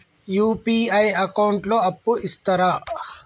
UPI account లో అప్పు ఇస్తరా?